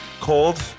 Cold